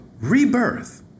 rebirth